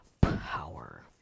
power